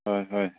ꯍꯣꯏ ꯍꯣꯏ